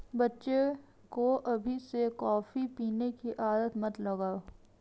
बच्चे को अभी से कॉफी पीने की आदत मत लगाओ